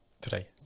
today